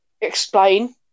explain